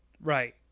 Right